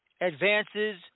Advances